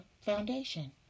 foundation